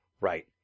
Right